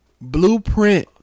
Blueprint